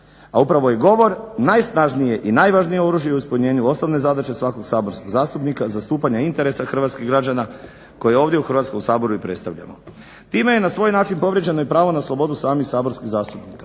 a upravo je govor najsnažnije i najvažnije oružje u ispunjenju osnovne zadaće svakog saborskog zastupnika, zastupanja interesa hrvatskih građana koje ovdje u Hrvatskom saboru i predstavljamo. Time je na svoj način povrijeđeno i pravo na slobodu samih saborskih zastupnika.